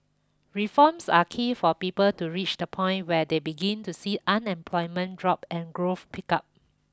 reforms are key for people to reach the point where they begin to see unemployment drop and growth pick up